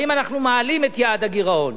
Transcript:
אם אנחנו מעלים את יעד הגירעון.